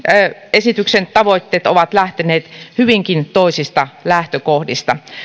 esityksen tavoitteet ovat lähteneet hyvinkin toisista lähtökohdista